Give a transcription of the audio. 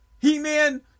He-Man